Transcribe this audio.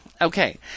Okay